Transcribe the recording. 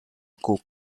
coup